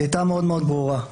הייתה מאוד מאוד ברורה,